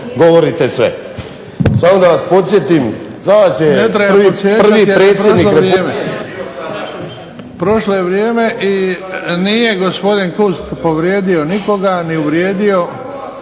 govorite sve, samo da vas podsjetim. **Bebić, Luka (HDZ)** Prošlo je vrijeme i nije gospodin Kunst povrijedio nikoga i uvrijedio